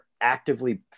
actively